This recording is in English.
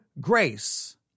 Grace